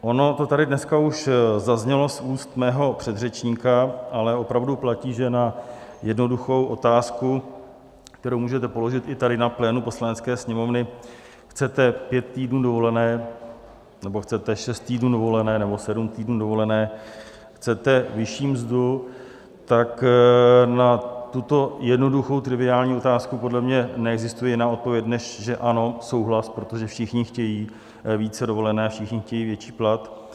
Ono to tady dneska už zaznělo z úst mého předřečníka, ale opravdu platí, že na jednoduchou otázku, kterou můžete položit i tady na plénu Poslanecké sněmovny chcete pět týdnů dovolené, nebo chcete šest týdnů dovolené, nebo sedm týdnů dovolené, chcete vyšší mzdu? tak na tuto jednoduchou, triviální otázku, podle mě neexistuje jiná odpověď než že ano, souhlas, protože všichni chtějí více dovolené, všichni chtějí větší plat.